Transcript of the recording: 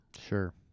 sure